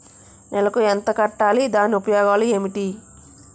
నెలకు ఎంత కట్టాలి? దాని ఉపయోగాలు ఏమిటి?